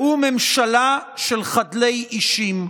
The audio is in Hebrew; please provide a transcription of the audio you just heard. והוא ממשלה של חדלי אישים.